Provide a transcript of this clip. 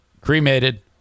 Cremated